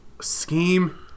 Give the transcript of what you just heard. scheme